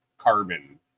carbon